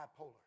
bipolar